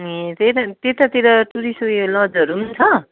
ए त्यही अनि त्यतातिर टुरिस्टहरू लजहरू पनि छ